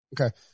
Okay